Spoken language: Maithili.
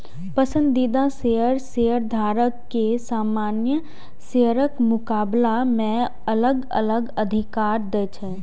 पसंदीदा शेयर शेयरधारक कें सामान्य शेयरक मुकाबला मे अलग अलग अधिकार दै छै